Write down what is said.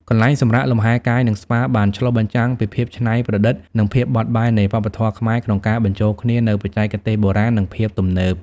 កន្លែងសម្រាកលំហែកាយ និងស្ប៉ាបានឆ្លុះបញ្ចាំងពីភាពច្នៃប្រឌិត និងភាពបត់បែននៃវប្បធម៌ខ្មែរក្នុងការបញ្ចូលគ្នានូវបច្ចេកទេសបុរាណនិងភាពទំនើប។